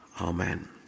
Amen